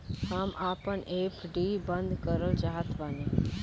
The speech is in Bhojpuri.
हम आपन एफ.डी बंद करल चाहत बानी